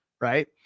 right